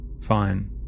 fine